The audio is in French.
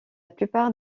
plupart